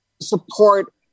support